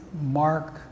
Mark